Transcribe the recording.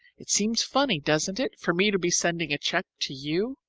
it seems funny, doesn't it, for me to be sending a cheque to you?